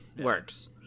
works